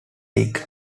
league